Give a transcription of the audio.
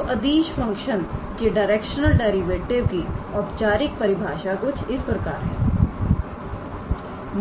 तोअदिश function के directional derivative की औपचारिक परिभाषा कुछ इस प्रकार है